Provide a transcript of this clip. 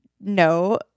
no